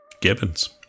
Gibbons